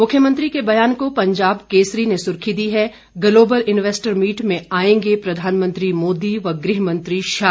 मुख्यमंत्री के बयान को पंजाब केसरी ने सुर्खी दी है ग्लोबल इन्वेस्टर मीट में आएंगे प्रधानमंत्री मोदी व गृहमंत्री शाह